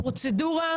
בפרוצדורה,